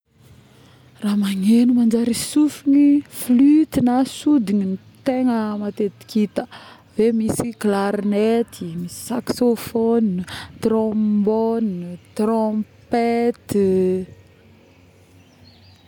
raha magneno manjary sofigny flûte na sodigny no tegna matetiky ita avieo misy clarinette ,saxophone, trombone, trompette